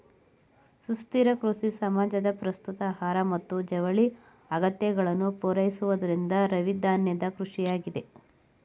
ಸುಸ್ಥಿರ ಕೃಷಿ ಸಮಾಜದ ಪ್ರಸ್ತುತ ಆಹಾರ ಮತ್ತು ಜವಳಿ ಅಗತ್ಯಗಳನ್ನು ಪೂರೈಸುವಸುಸ್ಥಿರವಿಧಾನದಕೃಷಿಯಾಗಿದೆ